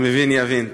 המבין יבין.